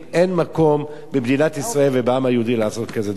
אין מקום במדינת ישראל ובעם היהודי לעשות כזה דבר.